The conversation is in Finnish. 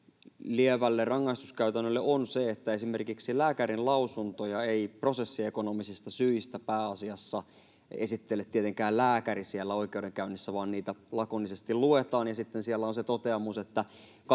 lievälle rangaistuskäytännölle on se, että esimerkiksi lääkärinlausuntoja ei prosessiekonomisista syistä pääasiassa esittele tietenkään lääkäri siellä oikeudenkäynnissä, vaan niitä lakonisesti luetaan, ja siellä on se toteamus, että